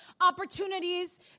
Opportunities